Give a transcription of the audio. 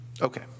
Okay